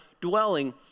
dwelling